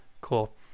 Cool